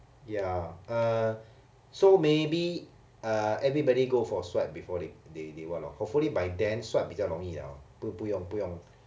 ya err so maybe uh everybody go for swab before they they they what lor hopefully by then swab 比较容易 liao 不不用不用bu bu yong bu yong